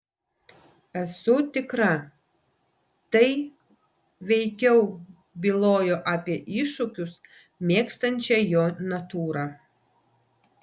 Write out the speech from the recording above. esu tikra tai veikiau bylojo apie iššūkius mėgstančią jo natūrą